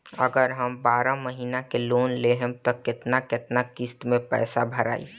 अगर हम बारह महिना के लोन लेहेम त केतना केतना किस्त मे पैसा भराई?